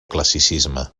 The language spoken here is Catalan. classicisme